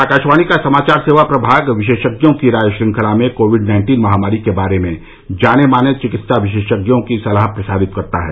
आकाशवाणी का समाचार सेवा प्रभाग विशेषज्ञों की राय श्रृंखला में कोविड नाइन्टीन महामारी के बारे में जाने माने चिकित्सा विशेषज्ञों की सलाह प्रसारित करता है